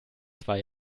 zwei